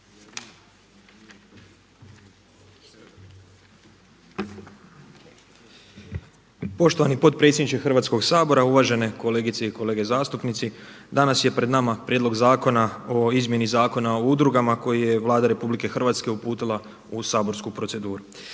Poštovani potpredsjedniče Hrvatskog sabora, uvažene kolegice i kolege zastupnici. Danas je pred nama Prijedlog zakona o izmjeni Zakona o udrugama koji je Vlada RH uputila u saborsku proceduru.